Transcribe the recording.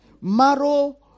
Marrow